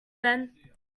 then